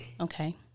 Okay